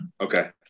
Okay